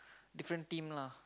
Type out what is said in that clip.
different team lah